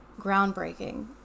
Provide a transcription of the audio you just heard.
groundbreaking